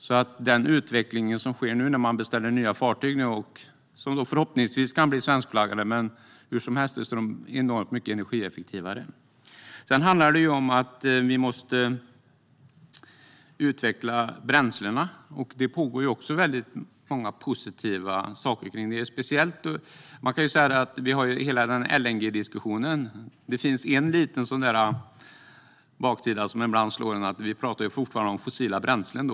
Nu sker en utveckling, och nya fartyg som beställs och som förhoppningsvis kan bli svenskflaggade är enormt mycket mer energieffektiva. Sedan handlar det om att vi måste utveckla bränslena. Där pågår också många positiva saker; vi har hela LNG-diskussionen. Det finns dock en liten baksida, som ibland slår en: Vi pratar fortfarande om fossila bränslen.